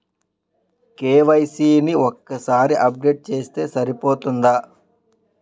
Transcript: KYC ని ఒక్కసారి update చేస్తే సరిపోతుందా?